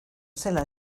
zela